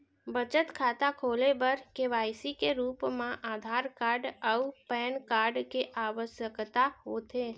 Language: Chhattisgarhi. बचत खाता खोले बर के.वाइ.सी के रूप मा आधार कार्ड अऊ पैन कार्ड के आवसकता होथे